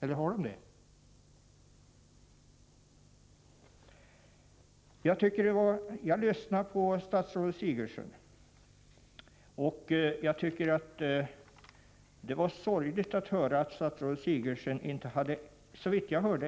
Eller har utredningen det? Jag lyssnade till statsrådet Sigurdsen. Det var sorgligt att höra att statsrådet inte hade